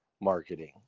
marketing